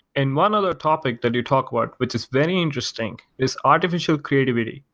and one other topic that you talk about, which is very interesting, is artificial creativity.